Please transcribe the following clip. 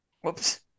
Whoops